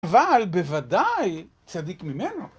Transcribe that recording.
אבל בוודאי צדיק ממנו.